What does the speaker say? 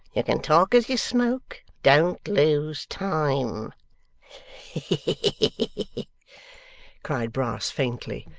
you can talk as you smoke. don't lose time he he he cried brass faintly,